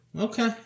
Okay